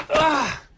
ah!